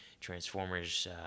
transformers